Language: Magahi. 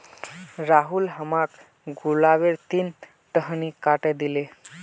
राहुल हमाक गुलाबेर तीन टहनी काटे दिले